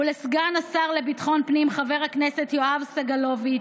ולסגן השר לביטחון הפנים יואב סגלוביץ',